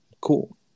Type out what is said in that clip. cool